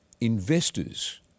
investors